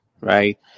right